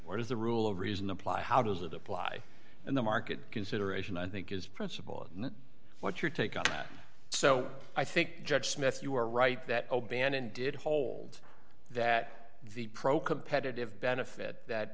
does the rule of reason apply how does that apply in the market consideration i think is principle and what your take on that so i think judge smith you are right that o'bannon did hold that the pro competitive benefit that